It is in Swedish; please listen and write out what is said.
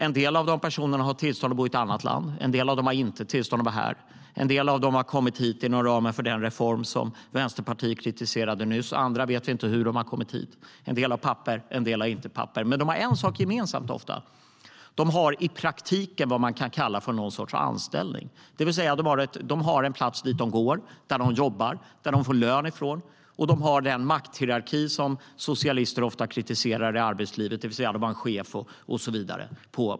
En del av dem har tillstånd att bo i ett annat land, en del av dem har inte tillstånd att vara här, en del har kommit hit inom ramen för den reform som Vänsterpartiet kritiserade nyss, andra vet vi inte hur de har kommit hit, en del har papper, en del har inte papper. Men de har ofta en sak gemensam. De har i praktiken något som man kan kalla för någon sorts anställning. De har en plats där de jobbar och får lön ifrån, och de arbetar i den makthierarki som socialister ofta kritiserar i arbetslivet, vilket betyder att de har en chef och så vidare.